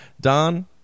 Don